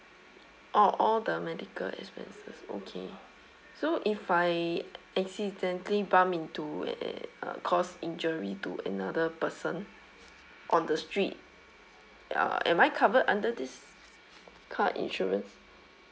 oh all the medical expenses okay so if I accidentally bump into and uh cause injury to another person on the street uh am I covered under this car insurance